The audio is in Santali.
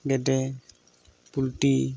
ᱜᱮᱰᱮ ᱯᱳᱞᱴᱤ